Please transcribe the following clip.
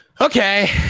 Okay